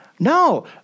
No